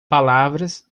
palavras